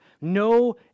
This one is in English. No